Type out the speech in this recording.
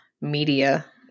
media